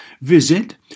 Visit